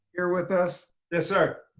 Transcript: here with us? yes, sir.